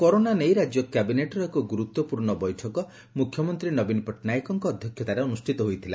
ଆକି କରୋନା ନେଇ ରାଜ୍ୟ କ୍ୟାବିନେଟ୍ର ଏକ ଗୁରୁତ୍ୱପ୍ରର୍ଶ୍ଣ ବୈଠକ ମୁଖ୍ୟମନ୍ତୀ ନବୀନ ପଟଟନାୟକଙ୍କ ଅଧ୍ଧକତାରେ ଅନୁଷ୍ପିତ ହୋଇଥିଲା